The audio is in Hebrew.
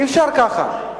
אי-אפשר ככה.